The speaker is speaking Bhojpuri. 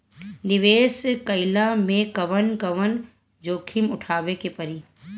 निवेस कईला मे कउन कउन जोखिम उठावे के परि?